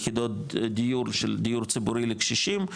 יחידות דיור של דיור ציבורי לקשישים.